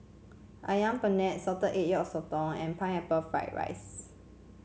ayam panggang Salted Egg Yolk Sotong and Pineapple Fried Rice